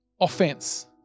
offense